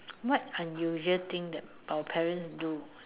what unusual things that our parents do